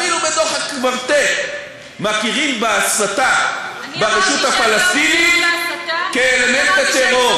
אפילו בדוח הקוורטט מכירים בהסתה ברשות הפלסטינית כאלמנט בטרור.